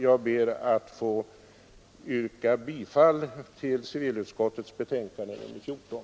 Jag ber att få yrka bifall till civilutskottets betänkande nr 14.